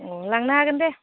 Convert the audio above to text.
लांनो हागोन दे